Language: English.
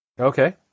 Okay